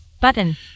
button